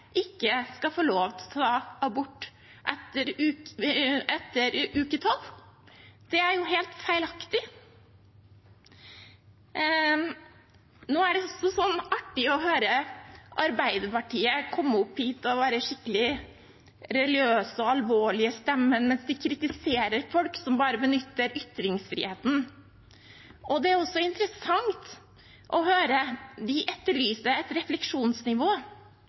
kvinner skal få lov til å ta abort etter uke 12? Det er jo helt feilaktig. Det er også artig å høre Arbeiderpartiet komme opp hit og være skikkelig religiøse og alvorlige i stemmen mens de kritiserer folk som bare benytter ytringsfriheten. Det er også interessant å høre dem etterlyse et refleksjonsnivå